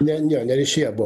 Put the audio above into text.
ne ne ne ryšyje buvo